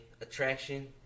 attraction